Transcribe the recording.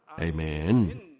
Amen